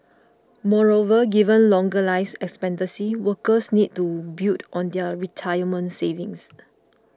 moreover given longer life expectancy workers need to build on their retirement savings